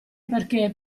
perché